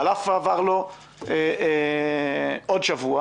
חלף ועבר לו עוד שבוע